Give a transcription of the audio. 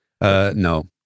no